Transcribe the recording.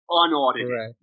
unaudited